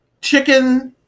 Chicken